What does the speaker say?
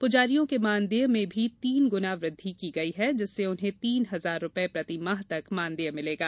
पूजारियों के मानदेय में भी तीन गुना वृद्धि की गई है जिससे उन्हें तीन हजार रूपये प्रति माह तक मानदेय मिलेगा